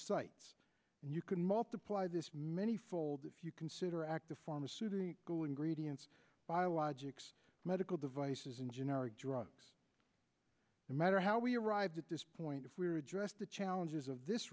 sites and you can multiply this many fold if you consider active pharmaceutical and gradients biologics medical devices and generic drugs no matter how we arrived at this point if we were address the challenges of this